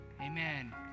Amen